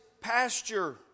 pasture